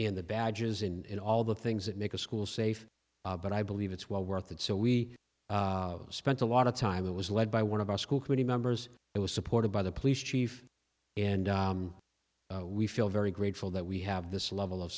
in the badges in all the things that make a school safe but i believe it's well worth it so we spent a lot of time it was led by one of our school committee members it was supported by the police chief and we feel very grateful that we have this level of